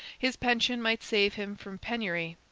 his pension might save him from penury.